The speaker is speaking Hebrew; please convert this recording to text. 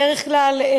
בדרך כלל,